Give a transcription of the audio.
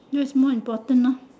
that is more important lor